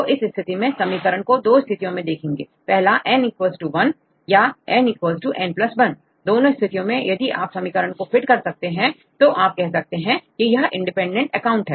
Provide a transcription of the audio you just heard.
तो इस स्थिति मेंसमीकरण को दो स्थितियों में देखेंगे पहला N 1 या N n 1दोनों स्थितियों में यदि आप समीकरण को फिट कर सकते हैं तो आप कह सकते हैं कि यह इंडिपेंडेंट अकाउंट है